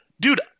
dude